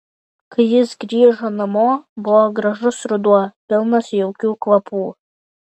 kai jis grįžo namo buvo gražus ruduo pilnas jaukių kvapų